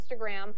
Instagram